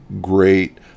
great